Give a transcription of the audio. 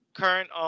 Current